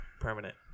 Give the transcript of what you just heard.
permanent